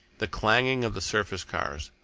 the clanging of the surface cars,